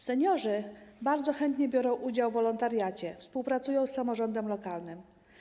Seniorzy bardzo chętnie biorą udział w wolontariacie, współpracują z samorządem lokalnym.